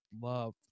love